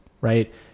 right